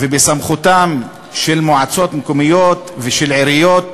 בסמכותן של מועצות מקומיות ושל עיריות,